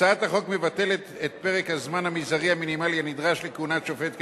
הצעת החוק מבטלת את פרק הזמן המזערי המינימלי הנדרש לכהונת שופט כנשיא,